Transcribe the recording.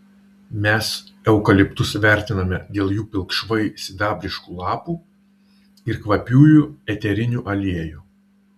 mes eukaliptus vertiname dėl jų pilkšvai sidabriškų lapų ir kvapiųjų eterinių aliejų